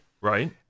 Right